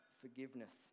forgiveness